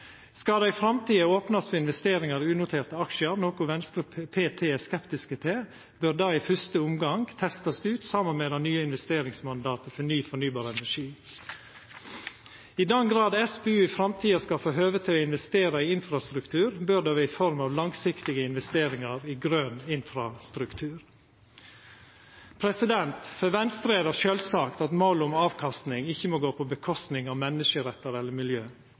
Skal det i framtida opnast for investeringar i unoterte aksjar, noko me i Venstre p.t. er skeptiske til, bør det i fyrste omgang testast ut saman med det nye investeringsmandatet for ny fornybar energi. I den grad SPU i framtida skal få høve til å investera i infrastruktur, bør det vera i form av langsiktige investeringar i grøn infrastruktur. For Venstre er det sjølvsagt at målet om avkastning ikkje må få følgjer for menneskerettar eller miljø.